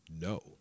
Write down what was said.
no